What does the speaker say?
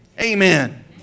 Amen